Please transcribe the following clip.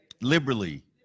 liberally